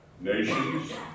nations